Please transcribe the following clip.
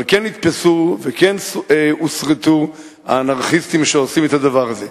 אבל כן נתפסו וכן הוסרטו האנרכיסטים שעושים את הדבר הזה.